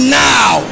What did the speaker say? now